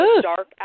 dark